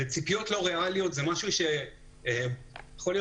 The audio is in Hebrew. וציפיות לא ריאליות זה משהו שיכול להיות